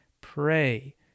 pray